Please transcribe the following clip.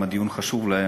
אם הדיון חשוב להם,